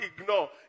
ignore